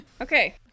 Okay